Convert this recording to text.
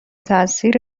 تأثیر